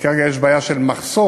שכרגע יש בעיה של מחסור.